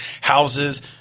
houses